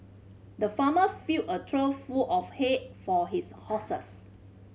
the farmer filled a trough full of hay for his horses